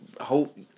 hope